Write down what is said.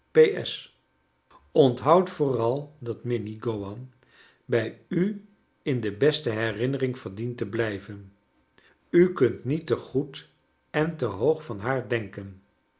s onthoud vooral dat minnie gowan bij u in de beste herinnering verdient te blijven u kunt niet te goed en te hoog van haar denken